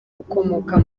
ukomoka